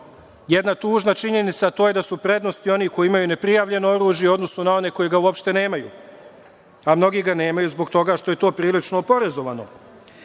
jedna tužna činjenica, a to je da su u prednosti oni koji imaju neprijavljeno oružje u odnosu na one koji ga uopšte nemaju, a mnogi ga nemaju zbog toga što je to prilično oporezovano. Takođe,